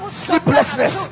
sleeplessness